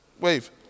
Wave